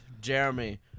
Jeremy